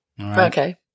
Okay